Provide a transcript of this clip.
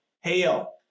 hail